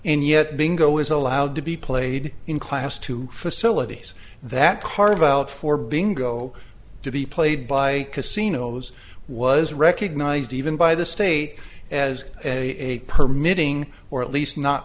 and yet being go is allowed to be played in class to facilities that carve out for being go to be played by casinos was recognized even by the state as a permit ng or at least not